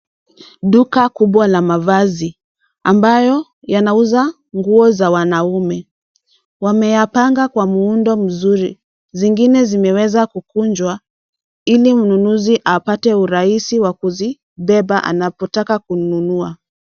Duka kubwa la mavazi ambayo yanauza nguo za wanaume wameyapanga kwa muundo mzuri zingine zimeweza kukunjwa ili mnunuzi apate urahisi wa kuzibeba anapotaka kununua.